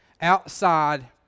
outside